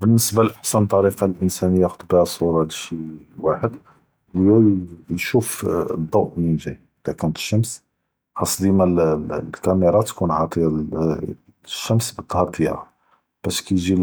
באלניסבה לאהסן ת’וריקה ללאנסאן יאה’ד בהא סו’רה לשי וואחד, היא יושוף אלד’ואו מין ג’אי, אלא כאנת אלשמש ח’אס דימה אלקאמרא תיכון עאטיה לשמש פ לדהר דיאלהא, באש כי ג’י